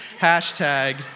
Hashtag